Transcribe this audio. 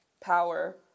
power